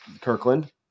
Kirkland